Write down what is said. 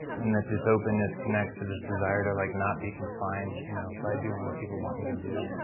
and that this openness connects to this desire to like not be confined you know by doing what people want you to do,